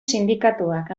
sindikatuak